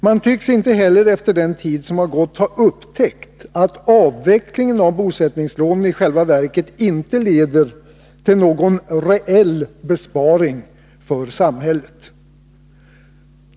Man tycks inte heller efter den tid som gått ha upptäckt att avvecklingen av bosättningslånen i själva verket inte leder till någon reell besparing för samhället.